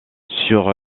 sur